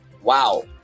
Wow